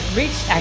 reached